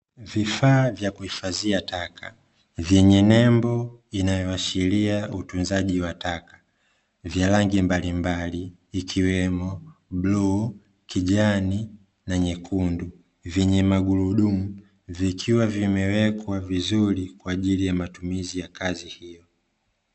Vifaa vya kuhifadhia taka vyenye nembo inayoashiria utunzaji wa taka vya rangi mbalimbali ikiwemo bluuu, kijani na nyekundu vyenye magurudumu vikiwa vimewekwa vizuri kwa ajili ya matumizi ya kazi hiyo.